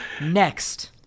Next